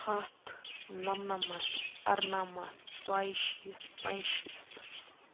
ہتھ نَمنَمَتھ اَرنَمَتھ ژۄیہِ شیٖتھ پَنٛچ شیٖتھ